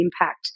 impact